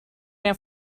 jag